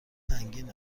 سنگین